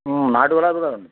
నాటు గులాబీ కూడా ఉంది